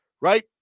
right